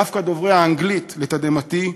דווקא דוברי האנגלית, לתדהמתי,